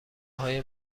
های